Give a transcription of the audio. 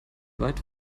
weit